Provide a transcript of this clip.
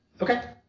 okay